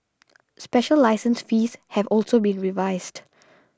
special license fees have also been revised